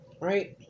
Right